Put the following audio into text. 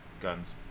guns